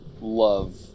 love